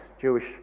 Jewish